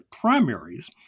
primaries